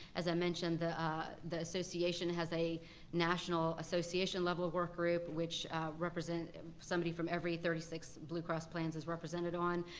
as i mentioned, the association association has a national, association-level work group which represent somebody from every thirty six blue cross plans is represented on.